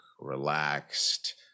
relaxed